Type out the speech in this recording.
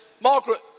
Margaret